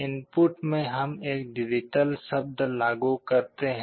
input में हम एक डिजिटल शब्द लागू करते हैं